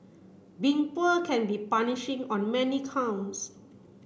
being poor can be punishing on many counts